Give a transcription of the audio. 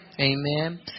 Amen